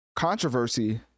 Controversy